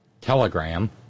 Telegram